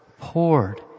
poured